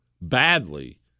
badly